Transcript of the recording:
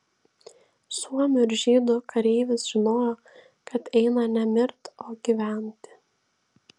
suomių ir žydų kareivis žinojo kad eina ne mirt o gyventi